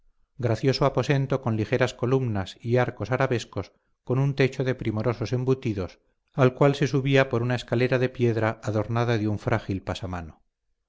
gracioso aposento con ligeras columnas y arcos arabescos con un techo de primorosos embutidos al cual se subía por una escalera de piedra adornada de un frágil pasamano